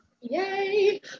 Yay